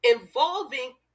involving